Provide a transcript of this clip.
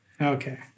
Okay